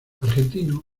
argentino